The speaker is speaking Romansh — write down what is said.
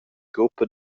gruppa